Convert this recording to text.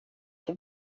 till